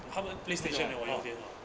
他们 playstation 我用电脑